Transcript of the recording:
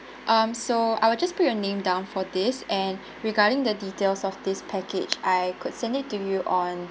um so I will just put your name down for this and regarding the details of this package I could send it to you on